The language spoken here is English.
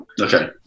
Okay